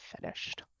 finished